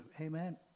Amen